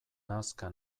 nazka